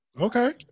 Okay